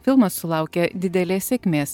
filmas sulaukė didelės sėkmės